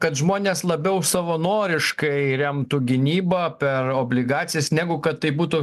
kad žmonės labiau savanoriškai remtų gynybą per obligacijas negu kad tai būtų